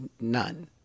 none